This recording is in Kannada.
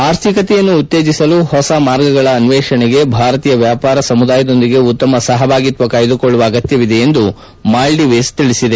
ಆರ್ಥಿಕತೆಯನ್ನು ಉತ್ತೇಜಿಸಲು ಹೊಸ ಮಾರ್ಗಗಳ ಅನ್ಸೇಷಣೆಗೆ ಭಾರತೀಯ ವ್ಯಾಪಾರ ಸಮುದಾಯದೊಂದಿಗೆ ಉತ್ತಮ ಸಹಭಾಗಿತ್ವ ಕಾಯ್ದುಕೊಳ್ಳುವ ಅಗತ್ಯವಿದೆ ಎಂದು ಮಾಲ್ಲವೀಸ್ ಹೇಳಿದೆ